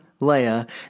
Leia